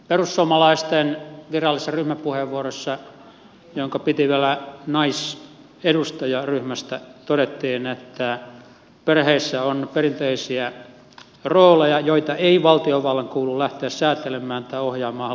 perussuomalaisten virallisessa ryhmäpuheenvuorossa jonka piti vielä naisedustaja ryhmästä todettiin että perheissä on perinteisiä rooleja joita ei valtiovallan kuulu lähteä säätelemään tai ohjaamaan haluttuun suuntaan